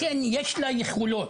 ולכן, אני יודע שיש לה את היכולות.